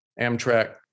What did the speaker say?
amtrak